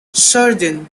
southern